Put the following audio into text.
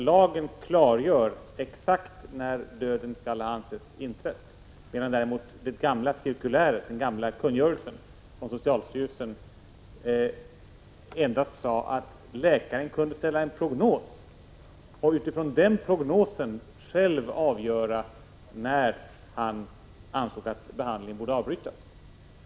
Lagen klargör exakt när döden skall anses ha inträffat, medan däremot den gamla kungörelsen endast sade att läkaren kunde ställa en prognos och utifrån den prognosen själv avgöra när han ansåg att behandlingen borde avbrytas.